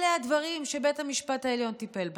אלה הדברים שבית המשפט העליון טיפל בהם,